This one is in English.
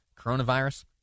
coronavirus